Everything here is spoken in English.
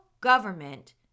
government